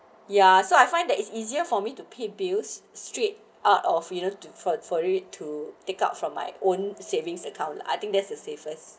ya so I find that it's easier for me to pay bills straight out or failure to for for it to take out from my own savings account lah I think that's the safest